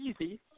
easy